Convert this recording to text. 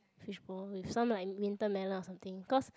fishball with some like winter melon or something cause